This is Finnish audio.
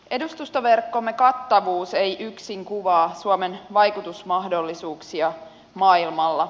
edustustoverkkomme kattavuus ei yksin kuvaa suomen vaikutusmahdollisuuksia maailmalla